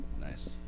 Nice